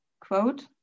quote